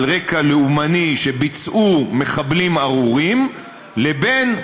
רקע לאומני שביצעו מחבלים ארורים לבין,